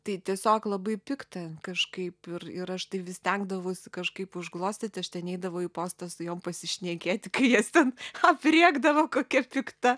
tai tiesiog labai pikta kažkaip ir ir aš tai vis stengdavausi kažkaip užglostyti aš ten eidavau į postą su jom pasišnekėti kai jas ten aprėkdavo kokia pikta